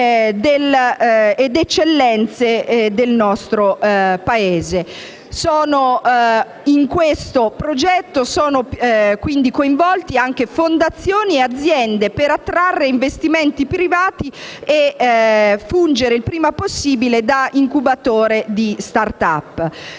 eccellenze nel nostro Paese. In questo progetto sono, quindi, coinvolte fondazioni e aziende, per attrarre investimenti privati e fungere il prima possibile da incubatore di *start up*.